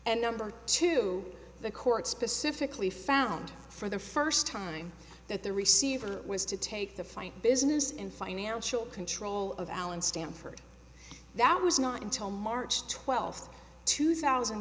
and number two the court specifically found for the first time that the receiver was to take the fight business and financial control of allen stanford that was not until march twelfth two thousand